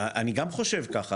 אני גם חושב ככה,